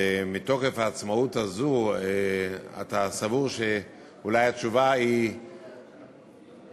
ומתוקף העצמאות הזו אתה סבור שאולי התשובה תהיה